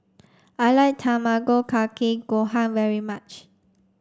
I like Tamago Kake Gohan very much